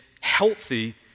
healthy